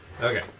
Okay